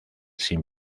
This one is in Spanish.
sin